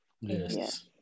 Yes